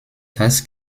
das